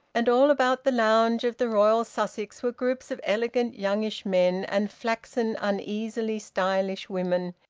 and all about the lounge of the royal sussex were groups of elegant youngish men and flaxen, uneasily stylish women,